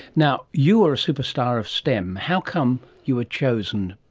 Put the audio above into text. now, you are a superstar of stem. how come you were chosen?